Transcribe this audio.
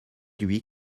lui